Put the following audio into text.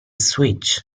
switch